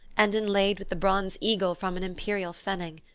and inlaid with the bronze eagle from an imperial pfennig.